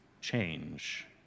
change